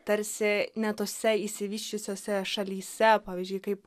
tarsi na tose išsivysčiusiose šalyse pavyzdžiui kaip